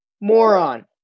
moron